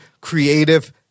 creative